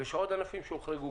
יש עוד אלפים שהוחרגו.